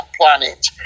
planet